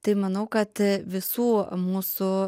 tai manau kad visų mūsų